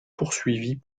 poursuivie